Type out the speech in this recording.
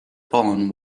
fallen